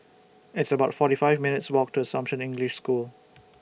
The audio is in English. It's about forty five minutes' Walk to Assumption English School